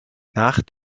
nach